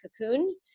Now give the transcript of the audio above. cocoon